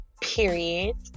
period